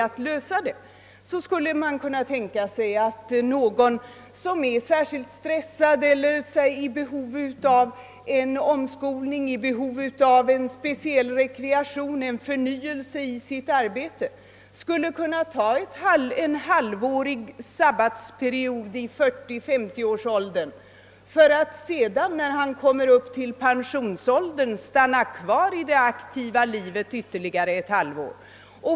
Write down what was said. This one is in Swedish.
Man skulle kunna tänka sig att en person i 40-50-årsåldern, som är särskilt stressad eller exempelvis i behov av omskolning, speciell rekreation eller förnyelse i sitt arbete, skulle kunna ta en sabbatsperiod på ett halvt år för att sedan vid pensionsåldern stanna kvar 1 aktivt arbetsliv ytterligare ett halvår.